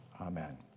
Amen